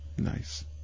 Nice